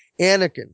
Anakin